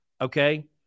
Okay